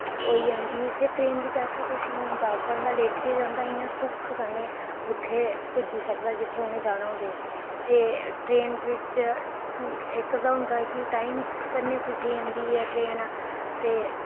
होई जंदी ते ट्रेन बिच ऐसा किश निं होंदा बंदा लेटियै जंदा ते उत्थै पुज्जी जंदा जित्थै उ'नें जाना होऐ ते ट्रेन बिच इक ते होंदा टाईम दे कन्नै पुज्जी जंदी ट्रेन ते